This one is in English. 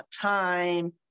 time